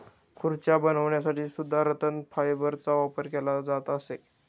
खुर्च्या बनवण्यासाठी सुद्धा रतन फायबरचा वापर केला जात असे